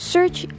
Search